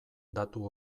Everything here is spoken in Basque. datu